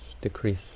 decrease